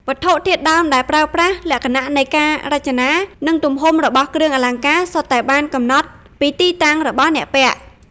វត្ថុធាតុដើមដែលប្រើប្រាស់ លក្ខណៈនៃការរចនា និងទំហំរបស់គ្រឿងអលង្ការ សុទ្ធតែបានកំណត់ពីទីតាំងរបស់អ្នកពាក់។